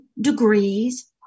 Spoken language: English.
degrees